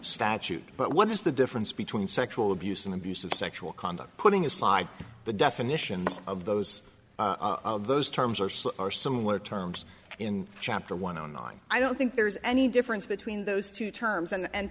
statute but what is the difference between sexual abuse and abuse of sexual conduct putting aside the definitions of those those terms are so are somewhat terms in chapter one on line i don't think there's any difference between those two terms and